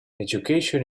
education